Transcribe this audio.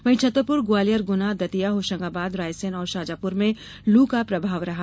वहीं छतरपुर ग्वालियर गुना दतिया होशंगाबाद रायसेन और शाजापुर में लू का प्रभाव रहा